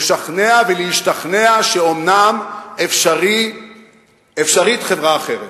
הוא לשכנע ולהשתכנע שאומנם אפשרית חברה אחרת.